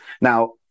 now